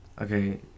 Okay